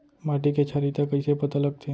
माटी के क्षारीयता कइसे पता लगथे?